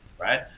right